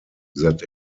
that